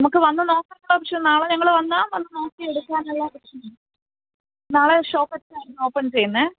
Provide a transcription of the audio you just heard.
നമുക്കു വന്നു നോക്കേണ്ട ആവശ്യം നാളെ ഞങ്ങള് വന്നാല് വന്നു നോക്കി എടുക്കാനുള്ള ഒോപ്ഷനുണ്ടോ നാളെ ഷോപ്പെപ്പോഴായിരുന്നു ഓപ്പണ് ചേയ്യുന്നത്